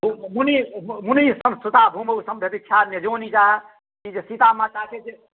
मुनि मुनि सप्तसुता भुमो सम्धदीक्षा अयोनिजा ई जे सीता माताके जे